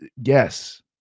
yes